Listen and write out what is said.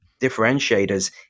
differentiators